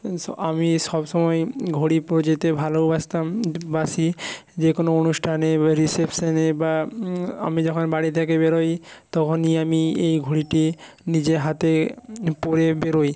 আমি সবসময়ই ঘড়ি পরে যেতে ভালোবাসতাম বাসি যে কোনো অনুষ্ঠানে বা রিসেপশানে বা আমি যখন বাড়ি থেকে বেরোই তখনই আমি এই ঘড়িটি নিজে হাতে পরে বেরোই